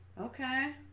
Okay